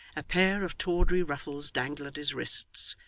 a pair of tawdry ruffles dangled at his wrists,